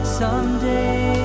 someday